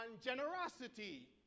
generosity